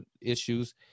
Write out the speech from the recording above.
issues